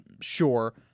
sure